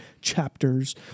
chapters